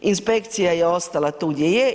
Inspekcija je ostala tu gdje je.